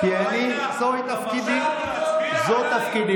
זה מה שאתה עושה מבוקר עד לילה.